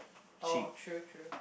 oh true true